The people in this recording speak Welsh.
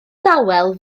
dawel